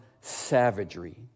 savagery